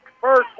first